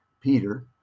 Peter